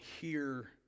hear